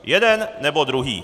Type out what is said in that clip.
Jeden nebo druhý.